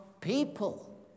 people